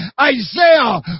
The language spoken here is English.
Isaiah